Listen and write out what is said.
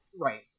Right